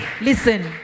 Listen